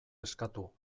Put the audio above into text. eskatu